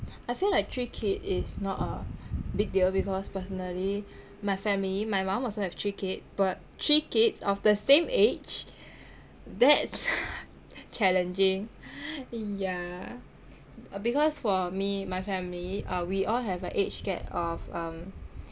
I feel like three kid is not a big deal because personally my family my mom also have three kid but three kids of the same age that's challenging yah uh because for me my family uh we all have an age gap of um